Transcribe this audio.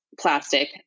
plastic